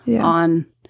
on